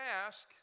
ask